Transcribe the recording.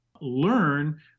learn